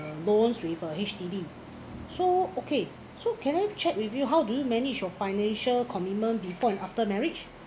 loans prefer H_D_B so okay so can I check with you how do you manage your financial commitment before and after marriage